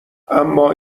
اما